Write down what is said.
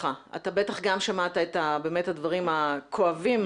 גם שמעת את הדברים הכואבים.